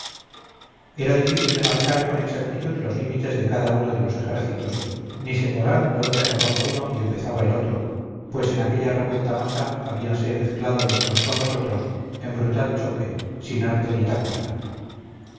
era difícil demarcar con exactitud los límites de cada uno de los ejércitos ni señalar dónde acababa uno y empezaba el otro pues en aquella revuelta masa habíanse mezclado los unos con los otros en brutal choque sin arte ni táctica